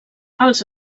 als